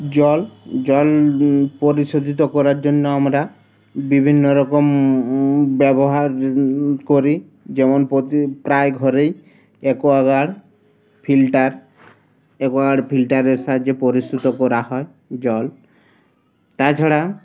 জল জল পরিশোধিত করার জন্য আমরা বিভিন্ন রকম ব্যবহার করি যেমন প্রতি প্রায় ঘরেই এক্যোয়াগার্ড ফিল্টার একোয়াগার্ড ফিল্টারের সাহায্যে পরিশ্রুত করা হয় জল তাছাড়া